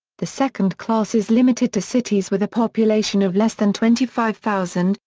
the second class is limited to cities with a population of less than twenty five thousand,